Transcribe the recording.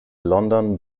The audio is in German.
london